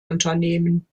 unternehmen